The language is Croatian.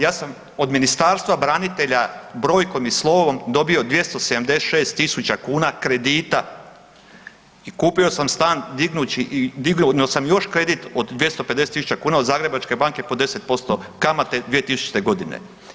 Ja sam od Ministarstva branitelja brojkom i slovom dobio 276000 kuna kredita i kupio sam stan dignuo sam još kredit od 250 000 kuna od Zagrebačke banke po 10% kamate 2000. godine.